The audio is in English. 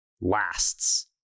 lasts